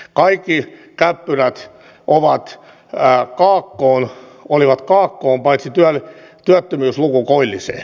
kaikki käppyrät olivat kaakkoon paitsi työttömyysluku koilliseen